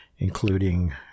Including